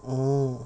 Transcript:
mm